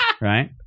Right